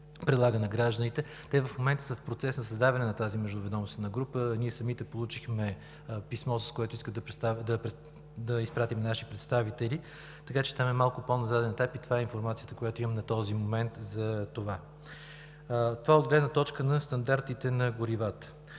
предлага на гражданите, те в момента са в процес на създаване на тази междуведомствена група. Ние самите получихме писмо, с което искат да изпратим наши представители, така че там е на малко по-заден етап. Това е информацията, която имам до този момент, за това. Това е от гледна точка на стандартите на горивата.